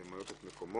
למלא את מקומו.